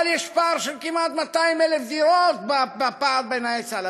אבל יש פער של כמעט 200,000 דירות בין ההיצע לביקוש,